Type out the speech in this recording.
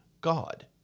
God